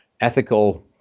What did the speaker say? ethical